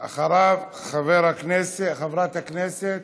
אחריו, חברת הכנסת